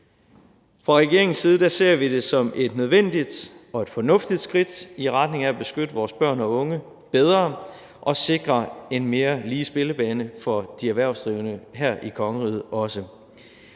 Fra regeringens side ser vi det som et nødvendigt og et fornuftigt skridt i retning af at beskytte vores børn og unge bedre og at sikre en mere lige spillebane for de erhvervsdrivende her i kongeriget også.